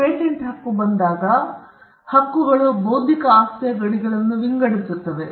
patent ಹಕ್ಕು ಬಂದಾಗ ಹಕ್ಕುಗಳು ಬೌದ್ಧಿಕ ಆಸ್ತಿಯ ಗಡಿಗಳನ್ನು ವಿಂಗಡಿಸುತ್ತವೆ